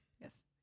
Yes